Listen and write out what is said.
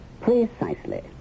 Precisely